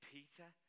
Peter